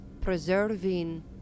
preserving